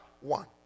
one